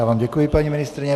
Já vám děkuji, paní ministryně.